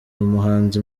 umuhinzi